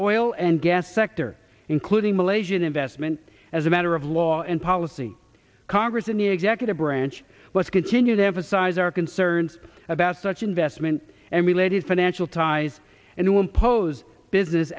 oil and gas sector including malaysian investment as a matter of law and policy congress and the executive branch let's continue to emphasize our concerns about such investment and related financial ties and to impose business